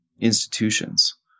institutions